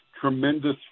tremendous